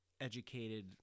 educated